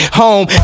home